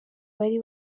bari